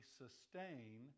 sustain